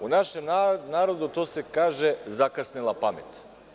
U našem narodu to se kaže – zakasnela pamet.